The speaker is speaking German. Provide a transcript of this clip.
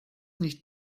nicht